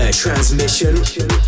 Transmission